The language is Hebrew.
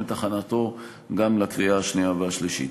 את הכנתו גם לקריאה השנייה והשלישית.